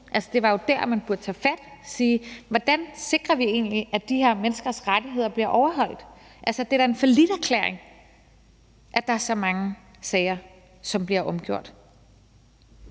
Det var jo der, man burde tage fat og sige: Hvordan sikrer vi egentlig, at de her menneskers rettigheder bliver overholdt? Altså, det er da en falliterklæring, at der er så mange sager, som bliver omgjort.